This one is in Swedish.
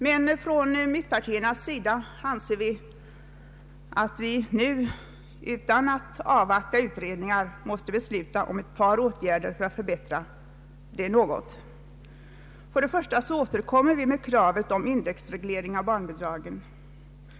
Men från mittenpartiernas sida anser vi, att vi — utan att avvakta utredningar — måste besluta om ett par åtgärder för att förbättra läget. Först och främst återkommer vi med kravet om indexreglering av barnbidragen.